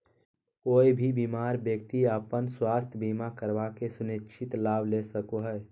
कोय भी बीमार व्यक्ति अपन स्वास्थ्य बीमा करवा के सुनिश्चित लाभ ले सको हय